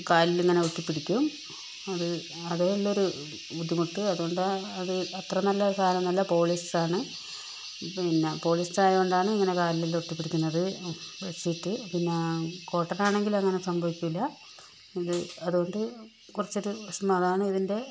കാലിലിങ്ങനെ ഒട്ടിപിടിക്കും അത് അതേയുള്ളൊരു ബുദ്ധിമുട്ട് അതുകൊണ്ട് അത് അത്ര നല്ല സാധനമൊന്നുമല്ല പോളിസ്റ്ററാണ് പിന്നെ പോളിസ്റ്റർ ആയതുകൊണ്ടാണ് ഇങ്ങനെ കാലിലെല്ലാം ഒട്ടിപ്പിടിക്കുന്നത് ബെഡ്ഷീറ്റ് പിന്നെ കോട്ടനാണെങ്കിൽ അങ്ങനെ സംഭവിക്കൂല്ല ഇത് അതോണ്ട് കുറച്ചൊരു വിഷമം അതാണ് ഇതിൻ്റെ